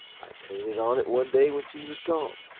i painted on it one day when she was gone,